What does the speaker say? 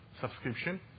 subscription